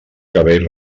cabell